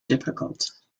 difficult